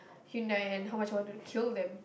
Hyundai and how much I want to kill them